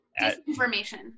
disinformation